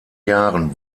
jahren